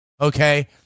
okay